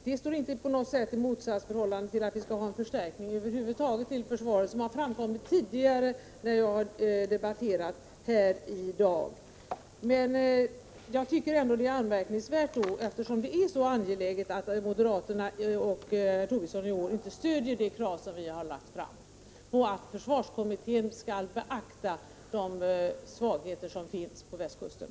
Det står inte på något sätt i motsatsförhållande till att vi skall ha en förstärkning över huvud taget till försvaret, som framkommit tidigare i dag när jag debatterat här. Eftersom detta är så angeläget tycker jag det är märkligt att moderaterna och Lars Tobisson inte stöder det krav som vi fört fram om att försvarskommittén skall beakta de svagheter som finns på västkusten.